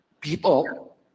people